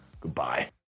Goodbye